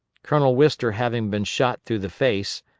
colonel wister having been shot through the face,